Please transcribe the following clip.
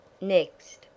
Next